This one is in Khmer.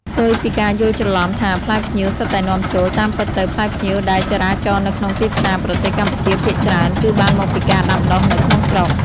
ផ្ទុយពីការយល់ច្រឡំថាផ្លែផ្ញៀវសុទ្ធតែនាំចូល តាមពិតទៅផ្លែផ្ញៀវដែលចរាចរណ៍នៅក្នុងទីផ្សារប្រទេសកម្ពុជាភាគច្រើនគឺបានមកពីការដាំដុះនៅក្នុងស្រុក។